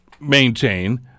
maintain